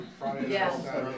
Yes